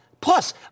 Plus